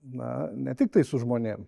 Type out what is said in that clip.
na ne tiktai su žmonėm